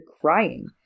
crying